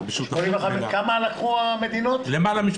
כמה לקחו המדינות?